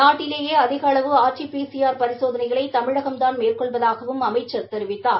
நாட்டிலேயே அதிக அளவு R T P C R பரிசோதனைகளை தமிழகம்தான் மேற்கொள்வதாகவும் அமைச்சர் தெரிவித்தார்